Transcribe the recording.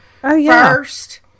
first